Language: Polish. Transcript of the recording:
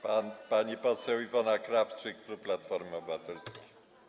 Pani poseł Iwona Krawczyk, klub Platformy Obywatelskiej.